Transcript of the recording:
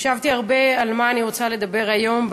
חשבתי הרבה על מה אני רוצה לדבר היום,